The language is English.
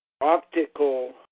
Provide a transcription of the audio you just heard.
optical